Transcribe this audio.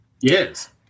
Yes